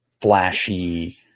flashy